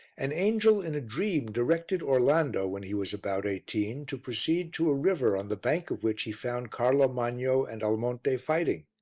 an angel in a dream directed orlando, when he was about eighteen, to proceed to a river on the bank of which he found carlo magno and almonte fighting.